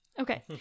Okay